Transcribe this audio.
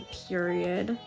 period